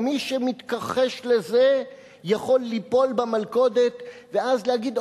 מי שמתכחש לזה יכול ליפול במלכודת ואז להגיד,